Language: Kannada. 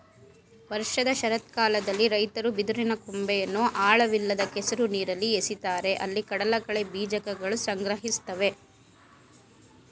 ವರ್ಷದ ಶರತ್ಕಾಲದಲ್ಲಿ ರೈತರು ಬಿದಿರಿನ ಕೊಂಬೆಯನ್ನು ಆಳವಿಲ್ಲದ ಕೆಸರು ನೀರಲ್ಲಿ ಎಸಿತಾರೆ ಅಲ್ಲಿ ಕಡಲಕಳೆ ಬೀಜಕಗಳು ಸಂಗ್ರಹಿಸ್ತವೆ